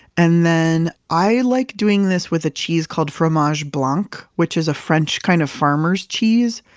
and then, i like doing this with a cheese called fromage blanc, which is a french kind of farmer's cheese.